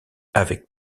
avec